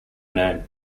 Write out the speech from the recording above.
name